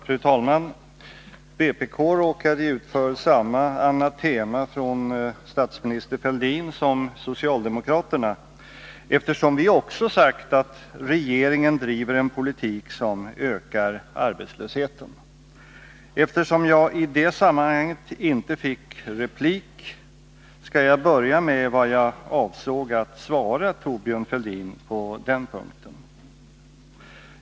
Fru talman! Vpk råkade ut för samma anatema från statsminister Fälldin som socialdemokraterna, eftersom vi också sagt att regeringen driver en politik som ökar arbetslösheten. Jag fick inte replik i det sammanhanget, och jag skall därför börja med vad jag avsåg att svara Thorbjörn Fälldin på den punkten.